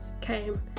came